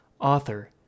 author